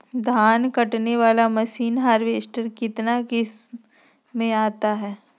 धान कटने बाला मसीन हार्बेस्टार कितना किमत में आता है?